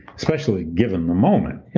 especially given the moment, yeah